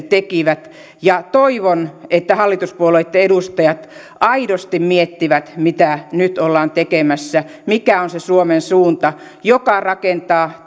tekivät toivon että hallituspuolueitten edustajat aidosti miettivät mitä nyt ollaan tekemässä mikä on se suomen suunta joka rakentaa